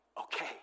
okay